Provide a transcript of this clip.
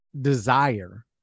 desire